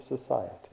society